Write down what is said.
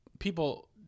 People